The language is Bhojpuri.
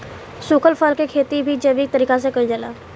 सुखल फल के खेती भी जैविक तरीका से कईल जाला